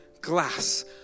glass